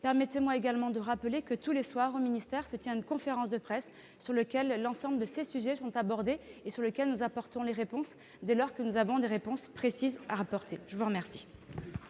Permettez-moi également de le rappeler, tous les soirs, au ministère, se tient une conférence de presse où l'ensemble de ces sujets sont abordés. Nous apportons les réponses dès lors que nous avons des réponses précises à apporter. La parole